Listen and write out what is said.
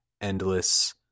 endless